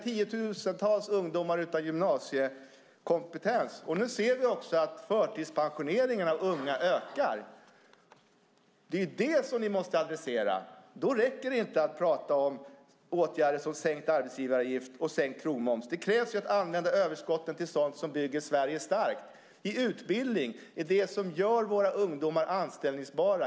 Tiotusentals ungdomar saknar gymnasiekompetens. Nu ser vi att förtidspensioneringen av unga ökar. Det är det ni måste adressera. Då räcker det inte att prata om åtgärder som sänkt arbetsgivaravgift och sänkt krogmoms. Det krävs att man använder överskotten till sådant som bygger Sverige starkt. Det är utbildning som gör våra ungdomar anställningsbara.